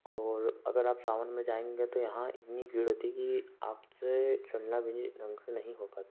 और अगर आप सावन में जाएंगे तो यहाँ इतनी भीड़ होती है कि आप से चलना भी नहीं ढंग से नहीं हो पाता